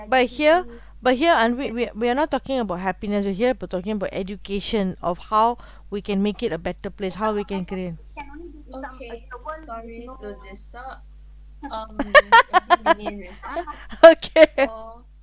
but here but here I'm wait wait we are not talking about happiness we here we talking about education of how we can make it a better place how we can claim okay